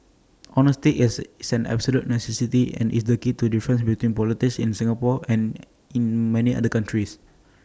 honesty is same absolute necessity and is the key to difference between politics in Singapore and in many other countries